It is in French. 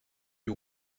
eût